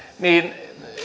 niin